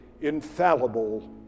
infallible